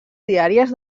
diàries